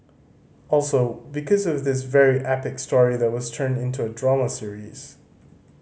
also because of his very epic story that was turned into a drama series